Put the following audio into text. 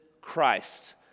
Christ